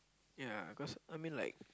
ya because I mean like